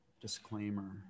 disclaimer